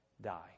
die